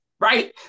right